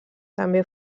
també